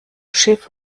schiff